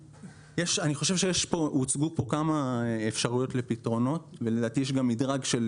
אני חושב שהוצגו כאן כמה אפשרויות לפתרונות ולדעתי יש גם מדרג של